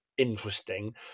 interesting